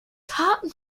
taten